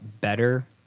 better